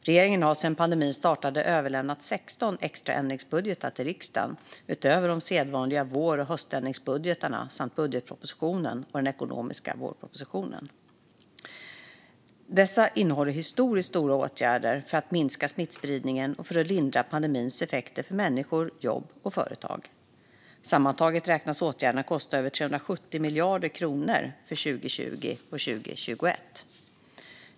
Regeringen har sedan pandemin startade överlämnat 16 extra ändringsbudgetar till riksdagen utöver de sedvanliga vår och höständringsbudgeterna samt budgetpropositionen och den ekonomiska vårpropositionen. Dessa innehåller historiskt stora åtgärder för att minska smittspridningen och för att lindra pandemins effekter för människor, jobb och företag. Sammantaget beräknas åtgärderna kosta över 370 miljarder kronor för 2020 och 2021.